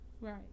Right